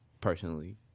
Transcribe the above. personally